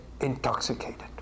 intoxicated